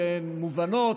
שהן מובנות,